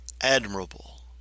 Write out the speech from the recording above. admirable